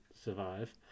survive